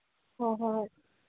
ꯍꯣ ꯍꯣ ꯍꯣꯏ